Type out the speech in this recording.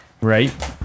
Right